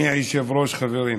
אדוני היושב-ראש, חברים.